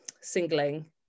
singling